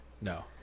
no